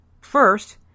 First